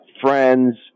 friends